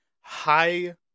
high